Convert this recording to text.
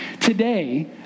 Today